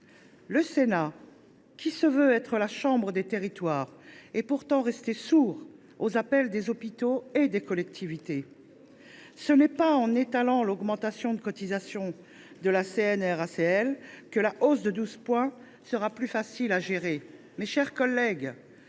Le Sénat, qui se veut la chambre des territoires, est pourtant resté sourd aux appels des hôpitaux et des collectivités. Et ce n’est pas en étalant l’augmentation des cotisations que la hausse de 12 points sera plus facile à gérer : mes chers collègues,